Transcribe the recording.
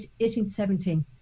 1817